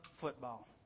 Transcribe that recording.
football